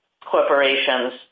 corporations